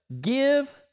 give